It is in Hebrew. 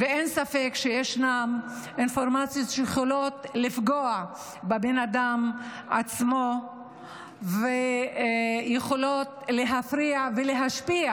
אין ספק שיש אינפורמציה שיכולה לפגוע בבן אדם עצמו ויכולה להפריע ולהשפיע